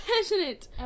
Passionate